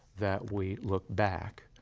that we look back,